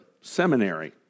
seminary